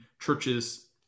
churches